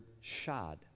Shad